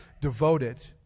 devoted